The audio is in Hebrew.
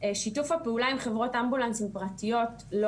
שיתוף הפעולה עם חברות אמבולנסים פרטיות לא